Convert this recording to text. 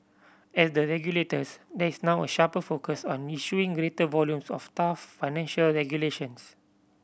at the regulators there is now a sharper focus on issuing greater volumes of tough financial regulations